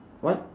what